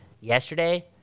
yesterday